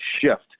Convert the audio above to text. shift